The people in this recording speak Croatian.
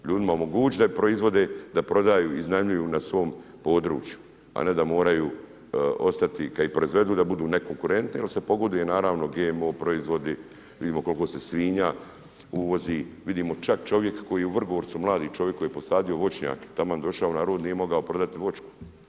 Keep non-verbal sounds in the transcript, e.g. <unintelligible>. Ljudima omogućiti da proizvode, da prodaju, iznajmljuju na svom području, a ne da moraju ostati kad i proizvedu, da budu nekonkurentni jer se pogoduje naravno GMO proizvodi, vidimo koliko se svinja uvozi, vidimo čak čovjek koji je u Vrgorcu, mladi čovjek koji je posadio voćnjak, taman došao ... <unintelligible> nije mogao prodati voćku.